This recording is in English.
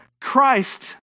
Christ